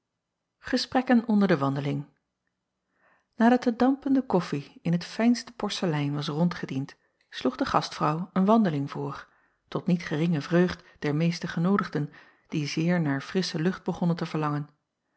esprekken onder de wandeling adat de dampende koffie in t fijnste porcelein was rondgediend sloeg de gastvrouw een wandeling voor tot niet geringe vreugd der meeste genoodigden die zeer naar frissche lucht begonnen te verlangen